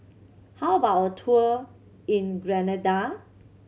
how about a tour in Grenada